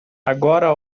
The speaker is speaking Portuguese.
agora